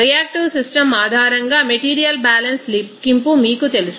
reactive system ఆధారంగా material balance లెక్కింపు మీకు తెలుసు